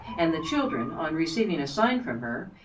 and the children, on receiving a sign from her,